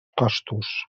costos